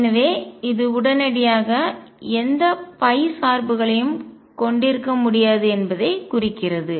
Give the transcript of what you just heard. எனவே இது உடனடியாக P எந்த சார்புகளையும் கொண்டிருக்க முடியாது என்பதை குறிக்கிறது